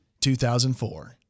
2004